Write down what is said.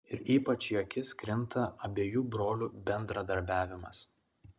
ir ypač į akis krinta abiejų brolių bendradarbiavimas